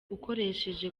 ukoresheje